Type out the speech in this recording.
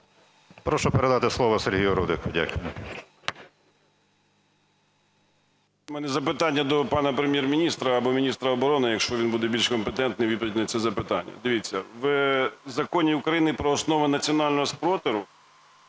Прошу передати слово Сергію Рудику. Дякую.